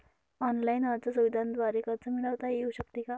Online अर्ज सुविधांद्वारे कर्ज मिळविता येऊ शकते का?